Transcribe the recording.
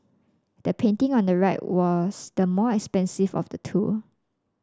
the painting on the right was the more expensive of the two